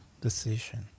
decision